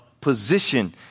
position